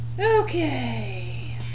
Okay